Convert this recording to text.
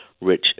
rich